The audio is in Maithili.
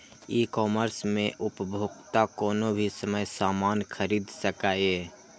ई कॉमर्स मे उपभोक्ता कोनो भी समय सामान खरीद सकैए